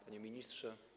Panie Ministrze!